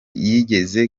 yigeze